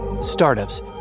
Startups